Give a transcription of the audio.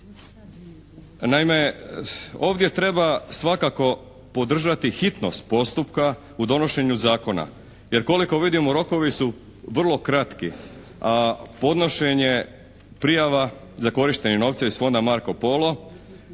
Naime, ovdje treba svakako podržati hitnost postupka u donošenju zakona. Jer koliko vidim rokovi su vrlo kratki, a podnošenje prijava za korištenje novca iz fonda "Marko Polo"